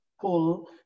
pull